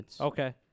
Okay